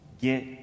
get